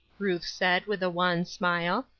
ruth said, with a wan smile.